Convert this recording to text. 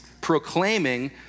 proclaiming